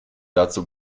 dazu